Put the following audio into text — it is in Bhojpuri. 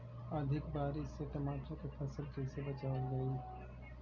अधिक बारिश से टमाटर के फसल के कइसे बचावल जाई?